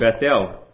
Bethel